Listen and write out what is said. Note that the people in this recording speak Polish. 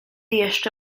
jeszcze